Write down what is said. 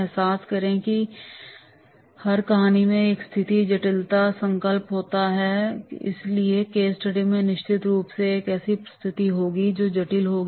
एहसास करें कि हर कहानी में एक स्थिति जटिलता और संकल्प होता है इसलिए केस स्टडी में निश्चित रूप से एक ऐसी स्थिति होगी जो जटिल होगी